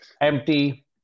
empty